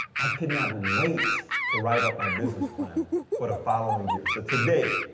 i could not wait to write up my business plan for the following year. so today,